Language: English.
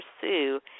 pursue